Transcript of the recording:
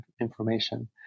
information